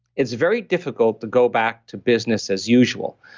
it's very difficult to go back to business as usual.